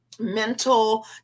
mental